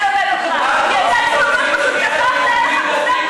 באמת, רק יהודה ושומרון, רק הציונות,